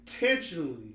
intentionally